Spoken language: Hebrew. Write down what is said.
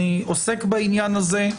אני עוסק בעניין הזה.